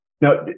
Now